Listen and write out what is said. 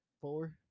four